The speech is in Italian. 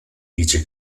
dice